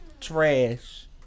trash